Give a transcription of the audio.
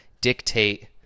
dictate